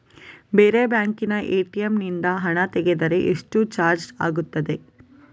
ಬೇರೆ ಬ್ಯಾಂಕಿನ ಎ.ಟಿ.ಎಂ ನಿಂದ ಹಣ ತೆಗೆದರೆ ಎಷ್ಟು ಚಾರ್ಜ್ ಆಗುತ್ತದೆ?